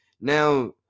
now